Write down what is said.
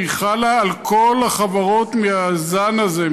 שחלה על כל החברות מהזן הזה,